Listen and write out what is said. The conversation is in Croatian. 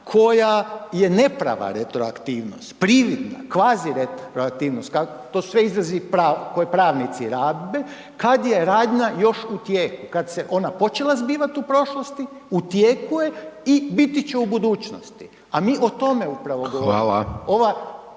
koja je neprava retroaktivnost, prividna, kvazi retroaktivnost, to su sve izrazi koje pravnici rabe, kad je radnja još u tijeku, kad se ona počela zbivat u prošlosti, u tijeku je i biti će u budućnosti, a mi o tome upravo govorimo